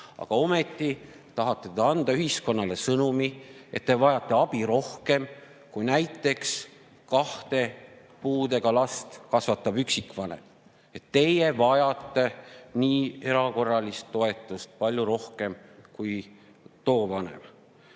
Aga ometi tahate te anda ühiskonnale sõnumi, et te vajate abi rohkem kui näiteks kahte puudega last kasvatav üksikvanem, et teie vajate erakorralist toetust palju rohkem kui too vanem.